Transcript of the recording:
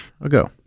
ago